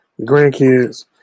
grandkids